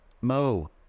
Mo